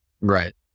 right